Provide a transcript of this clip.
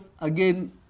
again